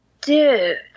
Dude